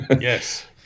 yes